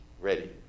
ready